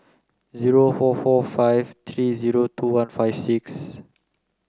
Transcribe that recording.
zero four four five three zero two one five six